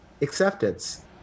acceptance